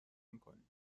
میکنیم